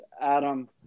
Adam